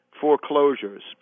foreclosures